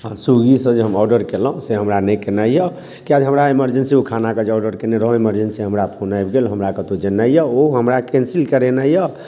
आ स्विगी से जे हम ऑर्डर कयलहुँ से हमरा नहि केनाइ यऽ किआ तऽ हमरा इमरजेंसी ओ खानाके जे ऑर्डर कयने रहौ इमेरजेंसीमे हमरा फोन आबि गेल हमरा कतहुँ जेनाइ यऽओ हमरा कैंसिल करेनाइ यऽ